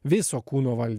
viso kūno valdymą